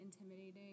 intimidating